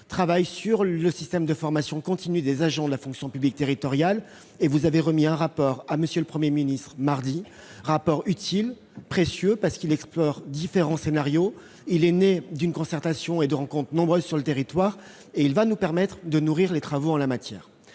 Savatier sur le système de formation continue des agents de la fonction publique territoriale. Vous avez remis, mardi dernier, un rapport à M. le Premier ministre sur ce sujet. Ce rapport utile et précieux, parce qu'il explore différents scénarios, est né d'une concertation et de rencontres nombreuses sur le territoire ; il nous permettra de nourrir les travaux en la matière.